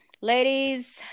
ladies